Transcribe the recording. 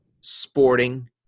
sporting